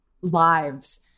lives